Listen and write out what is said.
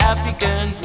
African